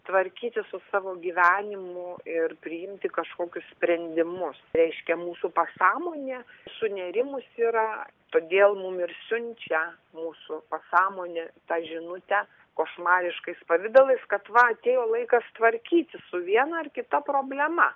tvarkytis su savo gyvenimu ir priimti kažkokius sprendimus reiškia mūsų pasąmonė sunerimus yra todėl mum ir siunčia mūsų pasąmonė tą žinutę košmariškais pavidalais kad va atėjo laikas tvarkytis su viena ar kita problema